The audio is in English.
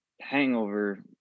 hangover